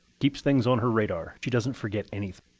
keeps things on her radar. she doesn't forget anything.